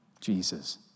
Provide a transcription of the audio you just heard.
Jesus